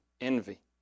envy